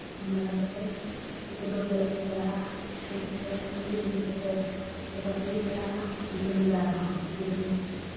ᱮᱢ ᱵᱟᱲᱟ ᱠᱟᱛᱮ ᱩᱱᱠᱩ ᱫᱚ ᱠᱷᱮᱞᱚᱜ ᱠᱚ ᱪᱟᱞᱟᱜᱼᱟ ᱠᱷᱮᱞ ᱠᱚ ᱪᱟᱞᱟᱣ ᱮᱱ ᱜᱮ ᱤᱱᱟᱹ ᱠᱟᱛᱮ ᱡᱚᱠᱷᱚᱱ ᱟᱹᱭᱩᱵ ᱵᱮᱲᱟᱜᱼᱟ ᱩᱱ ᱥᱚᱢᱚᱭ ᱫᱚ ᱟᱨᱦᱚᱸ ᱜᱤᱫᱽᱨᱟᱹᱧ